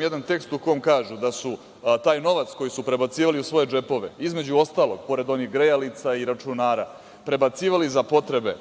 jedan tekst gde kažu da su taj novac koji su prebacivali u svoje džepove, između ostalog, pored onih grejalica i računara, prebacivali za potrebe